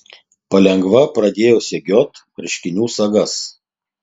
palengva pradėjau segiot marškinių sagas